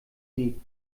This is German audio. sie